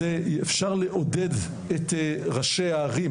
אפשר לעודד את ראשי הערים,